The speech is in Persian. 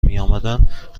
میامدند